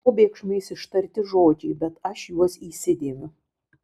probėgšmais ištarti žodžiai bet aš juos įsidėmiu